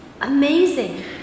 Amazing